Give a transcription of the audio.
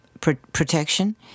protection